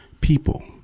people